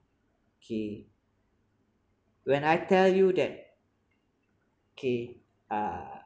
okay when I tell you that kay err